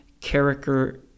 character